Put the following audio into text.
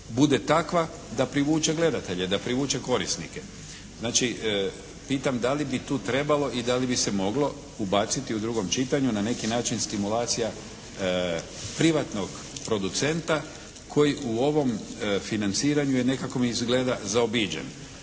bude takva da privuče gledatelje, da privuče korisnike. Znači, pitam da li bi tu trebalo i da li bi se moglo ubaciti u drugom čitanju na neki način stimulacija privatnog producenta koji u ovom financiranju je nekako mi izgleda zaobiđen.